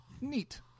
Neat